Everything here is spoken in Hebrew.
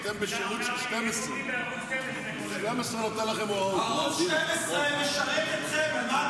אתם בשירות של ערוץ 12. ערוץ 12 נותן לכם הוראות.